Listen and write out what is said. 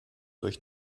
durch